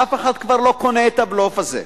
אף אחד כבר לא קונה את הבלוף הזה.